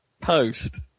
post